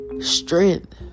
strength